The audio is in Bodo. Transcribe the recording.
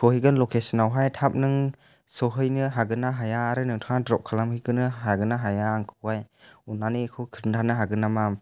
सहैगोन लकेसनावहाय थाब नों सहैनो हागोनना हाया आरो नोंथांङा द्रप खालाम हैगोननो हागोनना हाया आंखौहाय अननानै बेखौ खिनथानो हागोन नामा